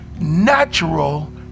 Natural